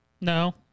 No